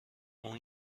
اون